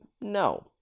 no